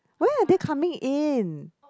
why are they coming in